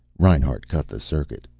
reinhart cut the circuit.